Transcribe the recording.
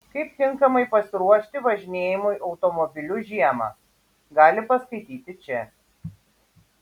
kaip tinkamai pasiruošti važinėjimui automobiliu žiemą gali paskaityti čia